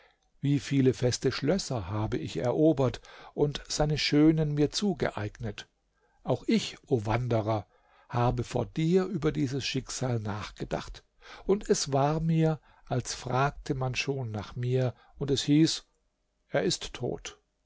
wie viele feste schlösser habe ich erobert und seine schönen mir zugeeignet auch ich o wanderer habe vor dir über das schicksal nachgedacht und es war mir als fragte man schon nach mir und es hieß er ist tot